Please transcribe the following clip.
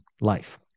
life